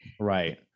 Right